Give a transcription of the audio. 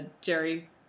Jerry